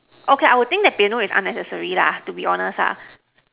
okay I will think that piano is unnecessary lah to be honest ah